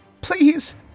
Please